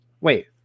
Wait